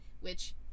which-